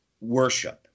worship